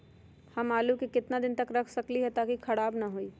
हम आलु को कितना दिन तक घर मे रख सकली ह ताकि खराब न होई?